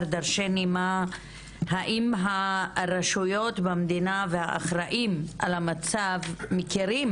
האם הרשויות במדינה והאחראים על המצב מכירים